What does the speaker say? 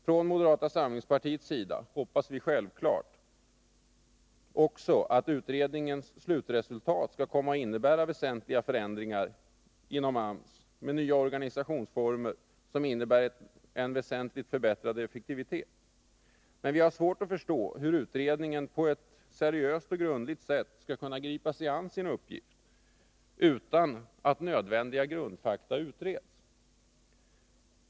Från moderata samlingspartiets sida hoppas vi självfallet också att utredningens slutresultat skall komma att innebära väsentliga förändringar inom AMS, med nya organisationsformer, som innebär en väsentlig förbättring av effektiviteten. Men vi har svårt att förstå hur utredningen på ett seriöst och grundligt sätt skall kunna gripa sig an sin uppgift, utan att nödvändiga grundfakta utreds.